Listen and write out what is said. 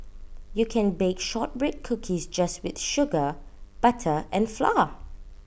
you can bake Shortbread Cookies just with sugar butter and flour